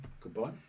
Goodbye